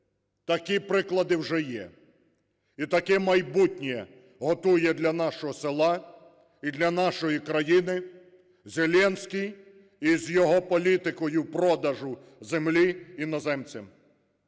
Такі приклади вже є, і таке майбутнє готує для нашого села і для нашої країни Зеленський і з його політикою продажу землі іноземцям.